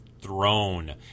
Throne